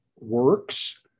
works